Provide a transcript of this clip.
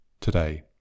today